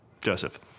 Joseph